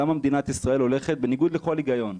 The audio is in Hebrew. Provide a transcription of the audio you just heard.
למה מדינת ישראל הולכת בניגוד לכל היגיון,